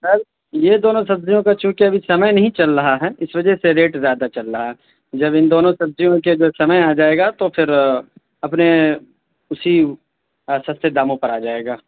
سر یہ دونوں سبزیوں کا چوںکہ ابھی سمئے نہیں چل رہا ہے اس وجہ سے ریٹ زیادہ چل رہا ہے جب ان دونوں سبزیوں کا جو سمئے آ جائے گا تو پھر اپنے اسی سستے داموں پر آ جائے گا